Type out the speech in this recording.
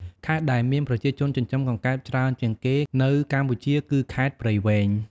ខេត្តដែលមានប្រជាជនចិញ្ចឹមកង្កែបច្រើនជាងគេនៅកម្ពុជាគឺ ខេត្តព្រៃវែង។